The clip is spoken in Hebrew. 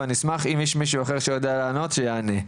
ואשמח אם יש מישהו אחר שיודע לענות שיענה.